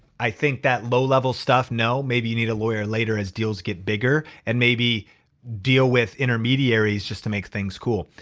i think that low level stuff, no. maybe you need a lawyer later as deals get bigger and maybe deal with intermediaries just to make things cool.